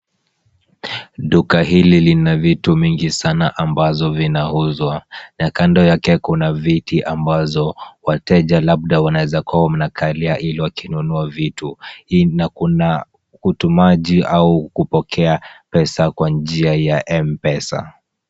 Duka hili lina vitu mingi sana ambazo vinauzwa na kando yake kuna viti ambazo wateja labda wanaeza kuwa wanakalia ili wakinunua vitu na kuna utumaji au kupokea pesa kwa njia ya M-Pesa.